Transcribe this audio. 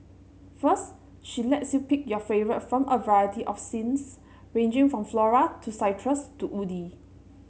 first she lets you pick your favourite from a variety of scents ranging from floral to citrus to woody